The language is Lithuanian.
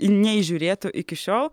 neįžiūrėtų iki šiol